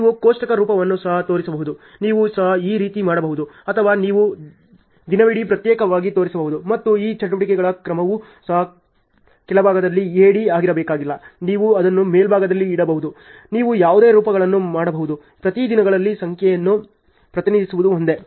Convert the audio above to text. ನೀವು ಕೋಷ್ಟಕ ರೂಪವನ್ನು ಸಹ ತೋರಿಸಬಹುದು ನೀವು ಸಹ ಈ ರೀತಿ ಮಾಡಬಹುದು ಅಥವಾ ನೀವು ದಿನವಿಡೀ ಪ್ರತ್ಯೇಕವಾಗಿ ತೋರಿಸಬಹುದು ಮತ್ತು ಈ ಚಟುವಟಿಕೆಗಳ ಕ್ರಮವೂ ಸಹ ಕೆಳಭಾಗದಲ್ಲಿ AD ಆಗಿರಬೇಕಾಗಿಲ್ಲ ನೀವು ಅದನ್ನು ಮೇಲ್ಭಾಗದಲ್ಲಿ ಇಡಬಹುದು ನೀವು ಯಾವುದೇ ರೂಪಗಳನ್ನು ಮಾಡಬಹುದು ಪ್ರತಿ ದಿನಗಳಲ್ಲಿ ಸಂಖ್ಯೆಯನ್ನು ಪ್ರತಿನಿಧಿಸುವುದು ಒಂದೇ